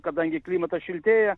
kadangi klimatas šiltėja